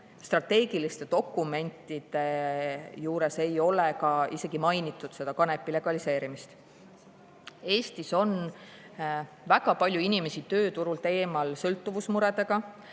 strateegiliste dokumentide juures ei ole isegi mainitud kanepi legaliseerimist. Eestis on väga palju inimesi tööturult eemal sõltuvusmuredega.